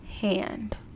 hand